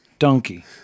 Donkey